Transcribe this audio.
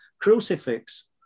crucifix